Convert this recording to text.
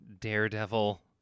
Daredevil